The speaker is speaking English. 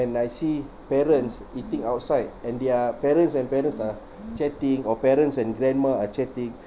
when I see parents eating outside and their parents and parents are chatting or parents and grandma are chatting